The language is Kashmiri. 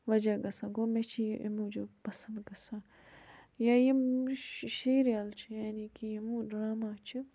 وَجہ گَژھان گوٚو مےٚ چھِ یہِ اَمہِ موٗجوٗب پَسنٛد گَژھان یا یِم شیٖریَل چھِ یعنی کہِ یِمو ڈراما چھِ